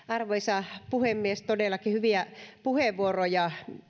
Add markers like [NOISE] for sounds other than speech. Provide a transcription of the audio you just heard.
[UNINTELLIGIBLE] arvoisa puhemies todellakin hyviä puheenvuoroja